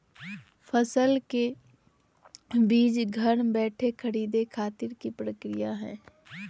फसल के बीज घर बैठे खरीदे खातिर की प्रक्रिया हय?